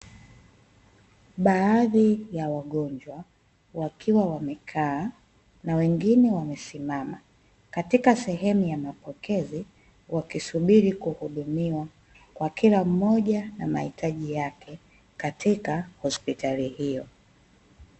Baadhi ya wagonjwa wakiwa wamekaa na wengine wamesimama katika sehemu ya mapokezi, wakisubiri kuhuduhumiwa kwa kila mmoja na mahitaji yake kaika hospitali hiyo.